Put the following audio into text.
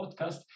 podcast